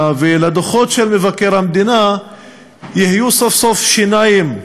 ולדוחות של מבקר המדינה יהיו סוף-סוף שיניים,